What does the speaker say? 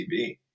TV